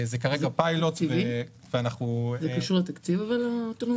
זה כרגע פיילוט ואנחנו --- זה קשור לתקציב האוטונומיה בחינוך?